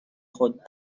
خود